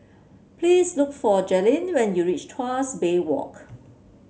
please look for Jalynn when you reach Tuas Bay Walk